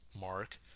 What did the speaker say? mark